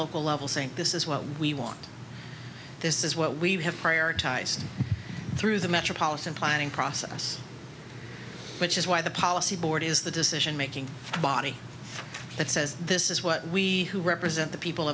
local level saying this is what we want this is what we have prioritized through the metropolitan planning process which is why the policy board is the decision making body that says this is what we who represent the people